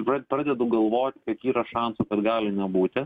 vat pradedu galvot kiek yra šansų kad gali nebūti